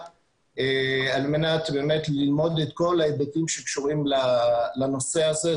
על מנת באמת ללמוד את כל ההיבטים שקשורים לנושא הזה.